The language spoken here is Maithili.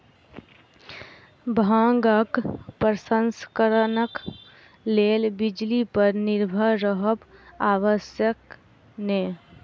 भांगक प्रसंस्करणक लेल बिजली पर निर्भर रहब आवश्यक नै